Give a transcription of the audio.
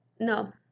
no